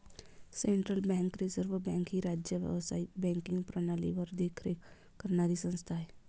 central bank reserve bank ही राज्य व्यावसायिक बँकिंग प्रणालीवर देखरेख करणारी संस्था आहे